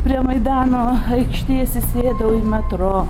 prie maidano aikštės įsėdau į metro